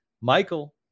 Michael